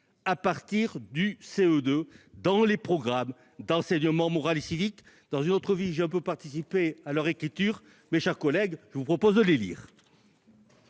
à partir du CE2 dans les programmes d'enseignement moral et civique. Dans une autre vie, j'ai un peu participé à leur écriture ; mes chers collègues, je vous propose de les lire